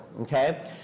okay